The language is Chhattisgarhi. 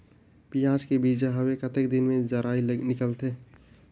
पियाज के बीजा हवे कतेक दिन मे जराई निकलथे?